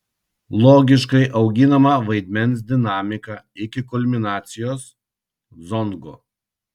logiškai auginama vaidmens dinamika iki kulminacijos zongo